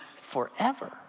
forever